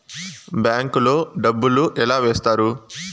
bank లో డబ్బులు ఎలా వేస్తారు